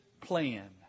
plan